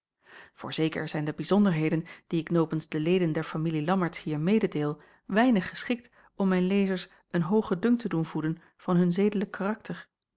voorzeker zijn de bijzonderheden die ik nopens de leden der familie lammertsz hier mededeel weinig geschikt om mijn lezers een hoogen dunk te doen voeden van hun zedelijk karakter